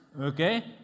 okay